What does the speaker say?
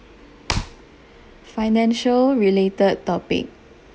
financial related topic